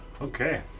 Okay